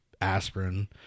aspirin